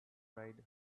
ride